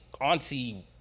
auntie